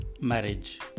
marriage